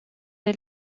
des